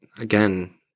again